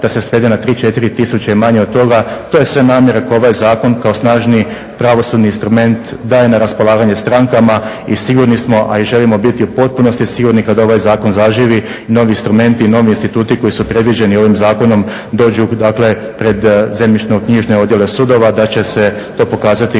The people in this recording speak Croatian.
da se svede na 3, 4 tisuće i manje od toga. To je sve namjera koju ovaj zakon kao snažni pravosudni instrument daje na raspolaganje strankama i sigurni smo, a i želimo biti u potpunosti sigurni kad ovaj zakon zaživi i novi instrumenti i novi instituti koji su predviđeni ovim zakonom dođu dakle pred zemljišno-knjižne odjele sudova da će se to pokazati